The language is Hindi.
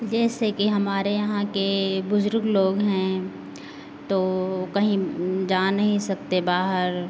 जैसे कि हमारे यहाँ के बुजुर्ग लोग हैं तो कहीं जा नहीं सकते बाहर